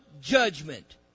judgment